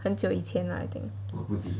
很久以前 lah I think